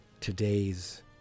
today's